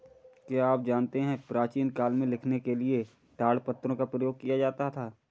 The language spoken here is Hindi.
क्या आप जानते है प्राचीन काल में लिखने के लिए ताड़पत्रों का प्रयोग किया जाता था?